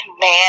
man